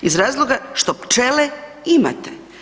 Iz razloga što pčele imate.